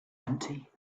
empty